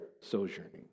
sojourning